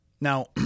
Now